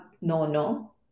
no-no